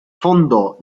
fondò